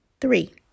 Three